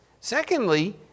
Secondly